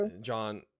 john